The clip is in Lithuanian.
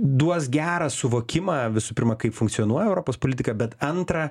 duos gerą suvokimą visų pirma kaip funkcionuoja europos politika bet antrą